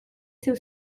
zeu